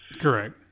Correct